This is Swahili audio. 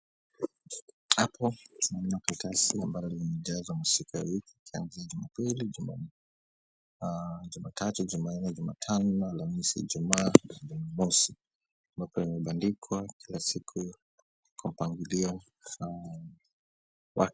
Hapa tunaona karatasi ambalo limejazwa masiku ya wiki ikianzia Juapili, Jumatatu, Jumanne, Jumatano, Alhamisi, Ijumaa, Jumamosi ambayo imebandikwa kila siku kwa mpangilio sawa.